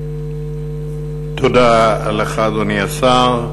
תודה לך, אדוני השר.